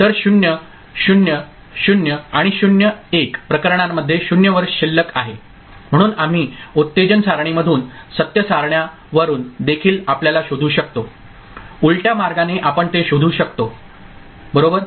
तर 0 0 0 आणि 0 1 प्रकरणांमध्ये 0 वर शिल्लक आहे म्हणून आम्ही उत्तेजन सारणीमधून सत्य सारण्यावरून देखील आपल्याला शोधू शकतो उलट्या मार्गाने आपण ते शोधू शकतो बरोबर